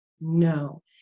No